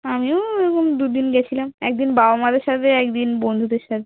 আমিও এরকম দু দিন গেছিলাম এক দিন বাবা মাদের সাথে এক দিন বন্ধুদের সাথে